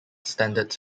standards